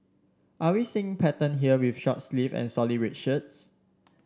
are we seeing pattern here with short sleeves and solid red shirts